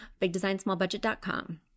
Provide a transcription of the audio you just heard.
BigDesignSmallBudget.com